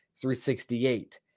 368